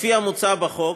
לפי המוצע בחוק,